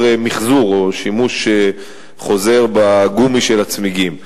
מיחזור או שימוש חוזר בגומי של הצמיגים.